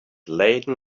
laden